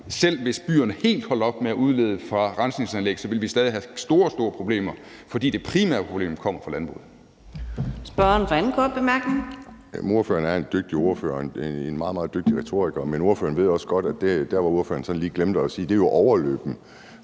Selv hvis byerne helt holdt op med at udlede fra rensningsanlæg, ville vi stadig have store, store problemer, fordi det primære problem kommer fra landbruget.